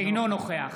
אינו נוכח